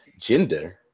gender